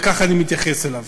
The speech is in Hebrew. וככה אני מתייחס אליו.